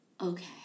Okay